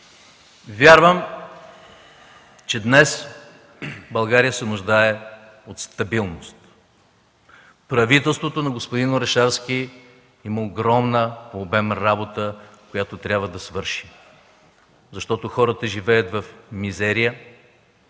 Вярвам, че днес България се нуждае от стабилност. Правителството на господин Орешарски има огромна по обем работа, която трябва да свърши, защото хората живеят в мизерия,